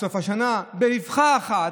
סליחה,